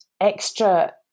extra